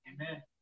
Amen